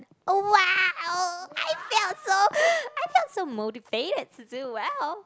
oh !wow! I felt so I felt so motivated to do well